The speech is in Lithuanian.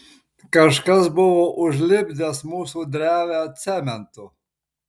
kažkas buvo užlipdęs mūsų drevę cementu